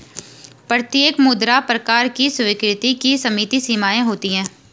प्रत्येक मुद्रा प्रकार की स्वीकृति की सीमित सीमाएँ होती हैं